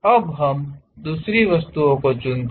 अब हम दूसरी वस्तु चुनते हैं